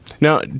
Now